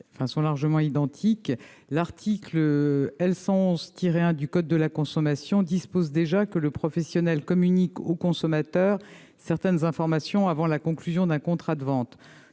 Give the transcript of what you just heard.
Gouvernement ? L'article L. 111-1 du code de la consommation dispose déjà que le professionnel communique aux consommateurs certaines informations avant la conclusion d'un contrat de vente.